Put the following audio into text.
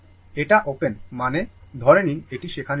এটা ওপেন মানে ধরে নিন এটি সেখানে নেই